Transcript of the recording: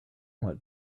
what